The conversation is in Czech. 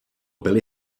byli